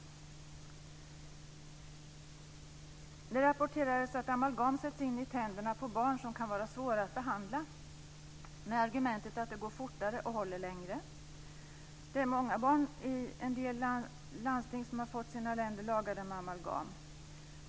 Det rapporterades att amalgam sätts in i tänderna på barn som kan vara svåra att behandla med argumentet att det går fortare och håller längre. Det är många barn i en del landsting som har fått sina tänder lagade med amalgam.